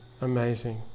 Amazing